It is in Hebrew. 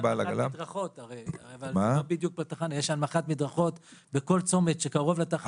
כל בעל עגלה --- יש הנמכת מדרכות בכל צומת שקרוב לתחנה